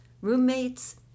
roommates